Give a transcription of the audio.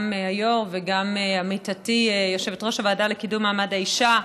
גם היו"ר וגם עמיתתי יושבת-ראש הוועדה לקידום מעמד האישה.